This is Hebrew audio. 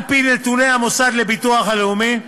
על-פי נתוני המוסד לביטוח הלאומי,